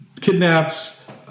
kidnaps